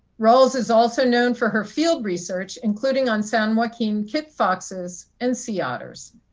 ralls is also known for her field research including on san joaquin kit foxes and sea otters.